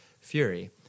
Fury